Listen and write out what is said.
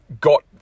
got